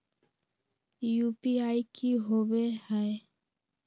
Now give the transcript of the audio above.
UPI की होवे हय?